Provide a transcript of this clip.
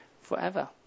forever